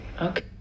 Okay